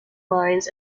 mines